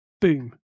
boom